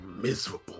miserable